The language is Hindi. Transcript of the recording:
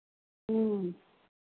ह्म्म